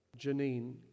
Janine